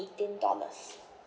eighteen dollars